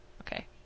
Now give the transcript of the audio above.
Okay